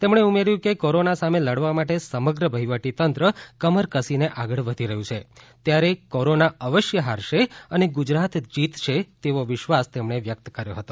તેમણે ઉમેર્યુ કે કોરોના સામે લડવા માટે સમગ્ર વહીવટીતંત્ર કમર કસીને આગળ વધી રહ્યુ છે ત્યારે કોરોના અવશ્ય હારશે અને ગુજરાત જીતશે તેવો વિશ્વાસ તેમણે વ્યકત કર્યો હતો